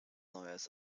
neues